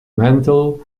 mental